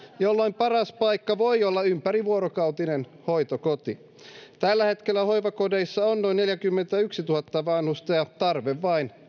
jolloin paras paikka voi olla ympärivuorokautinen hoitokoti tällä hetkellä hoivakodeissa on noin neljäkymmentätuhatta vanhusta ja tarve vain